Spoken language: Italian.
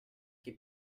che